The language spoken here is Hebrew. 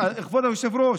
כבוד היושב-ראש,